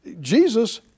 Jesus